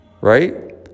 Right